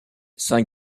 saint